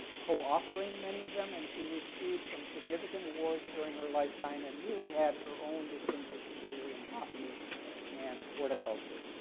co-authoring many of them, and she received some significant awards during her lifetime and really had her own distinguished career in botany and horticulture.